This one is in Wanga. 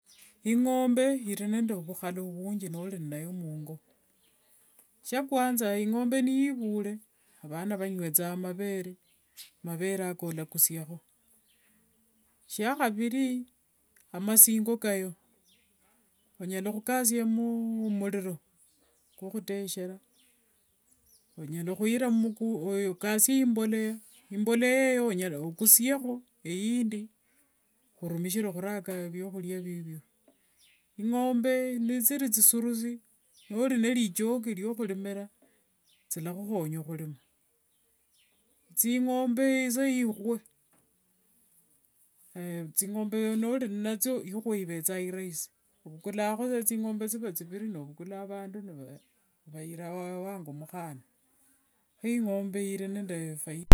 Ingombe irinovukhala vunji nori ninayo mungo, shiakwamza ingombe niyivule, avana vanywethanga mavere, mavere ako ulakusiakho, shiakhaviri amasingo kayo, onyala khukatsia mumuriro, kwokhuteshera, onyala khwiran mumbolea, imbolea eyo okusiekho iindi orumishire khuraka vyakhuria vivio, ingombe nithiri thisurusi nori nende rijoki ryokhurima thilakhukhonya khurimira, thingombe isa ye ikhwe, thingombe nori nathio ikhwe ivethanga raisi, ovukulakho saa thingombe thiva thiviri novukula avandu vava vaviri noyira wavumukhana, kho ingombe iri ende faida.